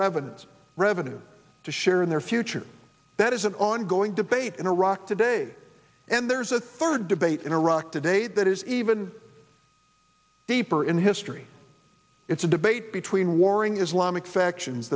revenues revenues to share in their future that is an ongoing debate in iraq today and there's a third debate in iraq today that is even deeper in history it's a debate between warring islamic factions